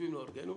וחושבים להרגנו,